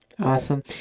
Awesome